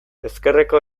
ezkerreko